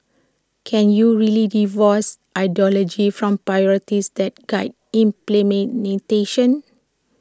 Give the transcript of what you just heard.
can you really divorce ideology from priorities that guide implementation